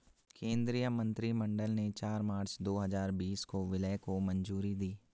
केंद्रीय मंत्रिमंडल ने चार मार्च दो हजार बीस को विलय को मंजूरी दी